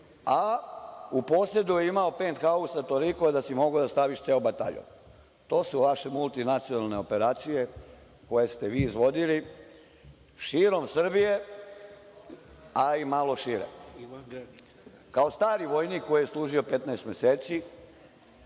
a u posedu je imao penthausa toliko da si mogao da staviš ceo bataljon. To su vaše multinacionalne operacije koje ste vi izvodili širom Srbije, a i malo šire. Kao stari vojnik koji je služio 15 meseci,